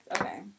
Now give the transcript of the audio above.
okay